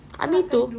ah me too